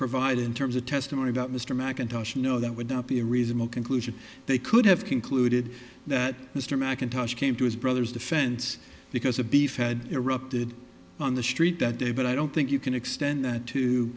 provided in terms of testimony about mr mcintosh no that would not be a reasonable conclusion they could have concluded that mr mackintosh came to his brother's defense because a beef had erupted on the street that day but i don't think you can extend t